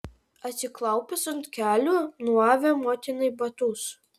atsiklaupęs ant kelių nuavė motinai batus